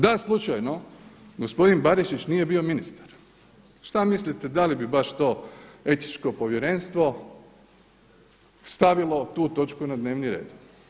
Da slučajno gospodin Barišić nije bio ministar, šta mislite da li bi baš to Etičko povjerenstvo stavilo tu točku na dnevni red?